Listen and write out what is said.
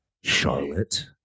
Charlotte